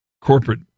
corporate